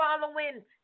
following